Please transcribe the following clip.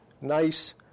nice